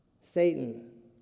Satan